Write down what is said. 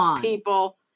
people